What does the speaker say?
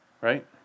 Right